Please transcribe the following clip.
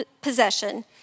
possession